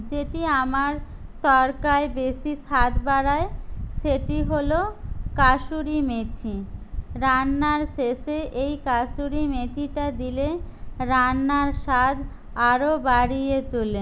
যেটি আমার তরকায় বেশি স্বাদ বাড়ায় সেটি হল কসুরি মেথি রান্নার শেষে এই কসুরি মেথিটা দিলে রান্নার স্বাদ আরও বাড়িয়ে তোলে